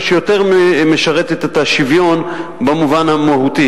ראש הממשלה ישמח כמובן לחזור ולסרטט את מדיניותו בעצמו בכנסת,